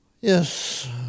Yes